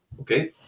okay